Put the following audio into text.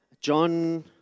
John